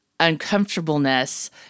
uncomfortableness